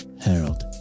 Harold